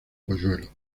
polluelos